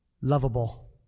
lovable